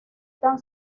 tan